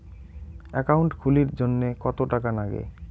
Account খুলির জন্যে কত টাকা নাগে?